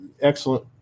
excellent